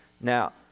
Now